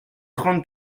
trente